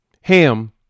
ham